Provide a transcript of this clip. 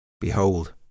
Behold